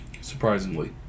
surprisingly